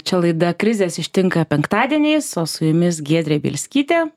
čia laida krizės ištinka penktadieniais o su jumis giedrė bielskytė